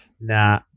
Nah